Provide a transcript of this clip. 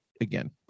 Again